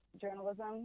journalism